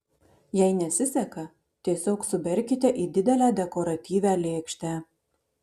jei nesiseka tiesiog suberkite į didelę dekoratyvią lėkštę